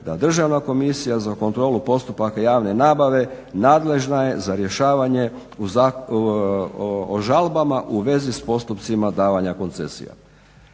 da Državna komisija za kontrolu postupaka javne nabave nadležna je za rješavanje o žalbama u vezi sa postupcima davanja koncesija.